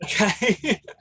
Okay